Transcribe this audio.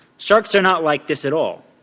sharks are not like this at all.